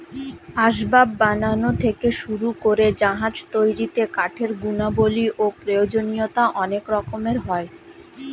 আসবাব বানানো থেকে শুরু করে জাহাজ তৈরিতে কাঠের গুণাবলী ও প্রয়োজনীয়তা অনেক রকমের হয়